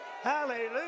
Hallelujah